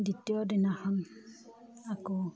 দ্বিতীয় দিনাখন আকৌ